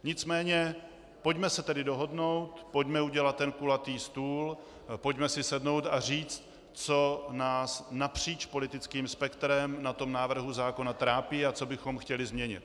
Nicméně pojďme se tedy dohodnout, pojďme udělat kulatý stůl, pojďme si sednout a říct, co nás napříč politickým spektrem na tom návrhu zákona trápí a co bychom chtěli změnit.